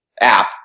app